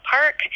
Park